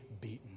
beaten